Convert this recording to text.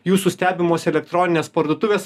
jūsų stebimos elektroninės parduotuvės